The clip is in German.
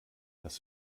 dass